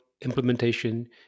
implementation